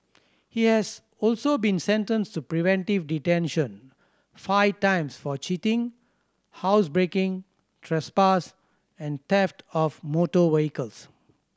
he has also been sentenced to preventive detention five times for cheating housebreaking trespass and theft of motor vehicles